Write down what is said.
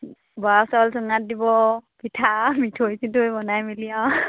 বৰা চাউল চুঙাত দিব পিঠা মিঠৈ চিঠৈ বনাই মেলি আৰু